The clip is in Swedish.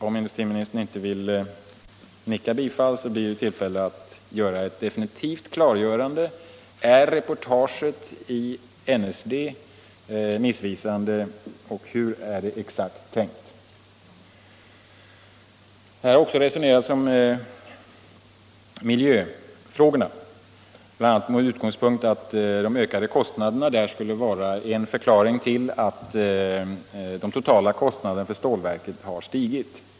Om industriministern inte vill nicka bifall, blir det tillfälle att göra ett definitivt klargörande av huruvida reportaget i NSD är missvisande och att redovisa exakt hur man har tänkt i detta fall. Här har också resonerats om miljöfrågorna, bl.a. med utgångspunkt i att de ökade kostnaderna på det området skulle vara en förklaring till att de totala kostnaderna för stålverket har stigit.